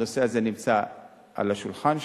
הנושא הזה נמצא על השולחן שלי,